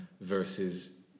versus